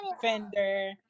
fender